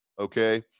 okay